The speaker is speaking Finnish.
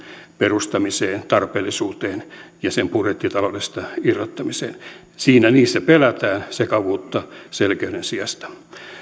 perustamiseen tarpeellisuuteen ja sen budjettitaloudesta irrottamiseen sillä siinä pelätään sekavuutta selkeyden sijasta